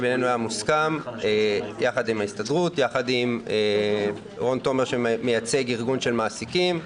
שהוסכם יחד עם ההסתדרות ויחד עם רון תומר שמייצג ארגון של מעסיקים.